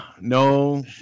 no